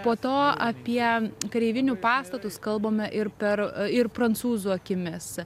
po to apie kareivinių pastatus kalbame ir per ir prancūzų akimis